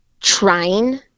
trying